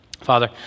Father